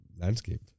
landscape